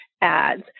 ads